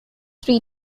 three